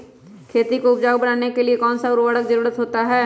खेती को उपजाऊ बनाने के लिए कौन कौन सा उर्वरक जरुरत होता हैं?